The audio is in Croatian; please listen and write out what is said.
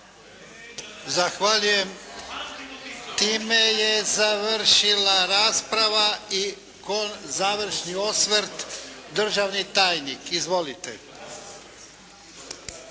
Zahvaljujem. Time je završila rasprava i završni osvrt državni tajnik. Izvolite.